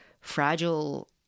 fragile